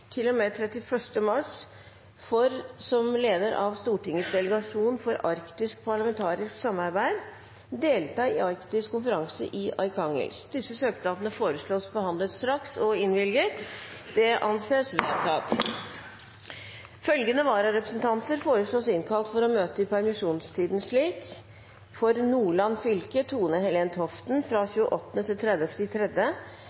med 31. mars for, som leder av Stortingets delegasjon for arktisk parlamentarisk samarbeid, å delta i Arktis-konferansen i Arkhangelsk Etter forslag fra presidenten ble enstemmig besluttet: Søknadene behandles straks og innvilges. Følgende vararepresentanter innkalles for å møte i permisjonstiden: For Nordland fylke: Tone-Helen Toften